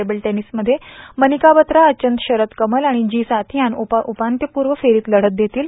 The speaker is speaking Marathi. टेबल टेनिसमध्ये मनिका बत्रा अचंत शरत कमल आणि जी साथियान उप उपांत्य पूर्व फेरीत लढत देतील